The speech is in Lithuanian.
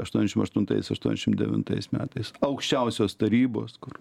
aštuoniasdešim aštuntais aštuoniasdešim devintais metais aukščiausios tarybos kur